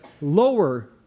lower